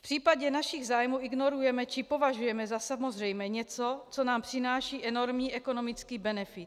V případě našich zájmů ignorujeme, či považujeme za samozřejmé něco, co nám přináší enormní ekonomický benefit.